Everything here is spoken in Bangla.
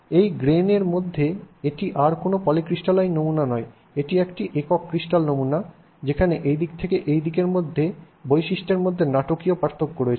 এই গ্রেইনের মধ্যে এটি আর কোনও পলিক্রিস্টালাইন নমুনা নয় এটি একটি একক ক্রিস্টাল নমুনা যেখানে এই দিক এবং এই দিকের মধ্যে সম্পত্তির মধ্যে নাটকীয় পার্থক্য রয়েছে